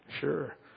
Sure